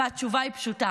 והתשובה היא פשוטה: